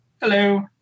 Hello